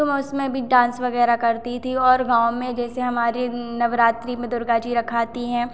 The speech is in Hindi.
तो मैं उसमें भी डांस वगैरह करती थी और गाँव में जैसे हमारे नवरात्रि में दुर्गा जी रखाती है